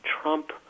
Trump